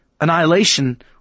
annihilation